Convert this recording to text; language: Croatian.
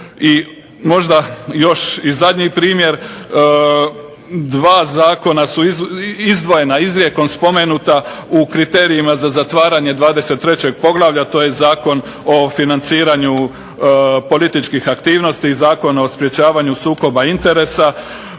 možda još i zadnji primjer, dva zakona su izdvojena izrijekom spomenuta u kriterijima za zatvaranje 23. poglavlja, to je Zakon o financiranju političkih aktivnosti i Zakon o sprečavanju sukoba interesa.